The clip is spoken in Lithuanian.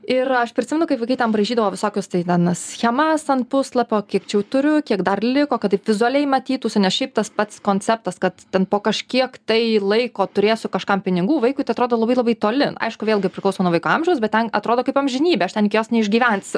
ir aš prisimenu kaip vaikai ten braižydavo visokius tai ten schemas ant puslapio kiek čia jau turiu kiek dar liko kad taip vizualiai matytųsi ne šiaip tas pats konceptas kad ten po kažkiek tai laiko turėsiu kažkam pinigų vaikui atrodo labai labai toli aišku vėlgi priklauso nuo vaiko amžiaus bet ten atrodo kaip amžinybė aš ten iki jos neišgyvensiu